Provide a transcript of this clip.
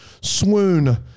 swoon